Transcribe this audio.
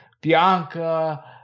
Bianca